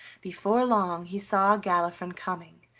before long he saw galifron coming.